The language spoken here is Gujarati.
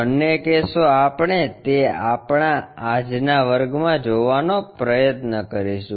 બંને કેસો આપણે તે આપણા આજના વર્ગમાં જોવાનો પ્રયત્ન કરીશું